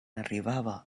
arribava